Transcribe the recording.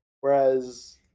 Whereas